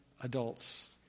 adults